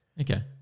Okay